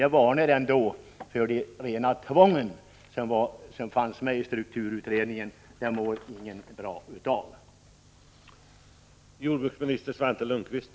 Jag varnar dock för det rena tvång som fanns medi strukturutredningen. Sådant mår ingen bra av, och det skall vi inte ta.